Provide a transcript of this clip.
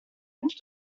route